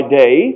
day